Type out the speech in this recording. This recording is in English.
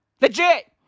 Legit